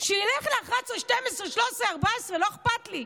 שילך ל-11, 12, 13, 14, לא אכפת לי,